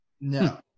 No